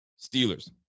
Steelers